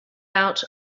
out